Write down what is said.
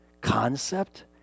Concept